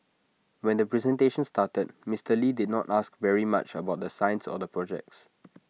when the presentation started Mister lee did not ask very much about the science or the projects